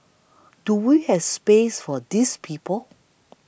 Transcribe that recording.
do we has space for these people